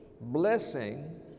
blessing